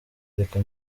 reka